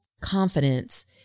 confidence